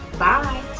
bye!